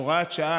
הוראת שעה,